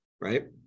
Right